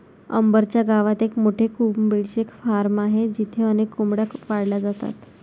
अंबर च्या गावात एक मोठे कोंबडीचे फार्म आहे जिथे अनेक कोंबड्या पाळल्या जातात